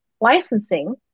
licensing